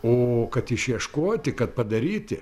o kad išieškoti kad padaryti